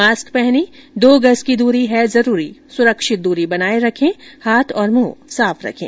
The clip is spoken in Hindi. मास्क पहनें दो गज की दूरी है जरूरी सुरक्षित दूरी बनाए रखें हाथ और मुंह साफ रखें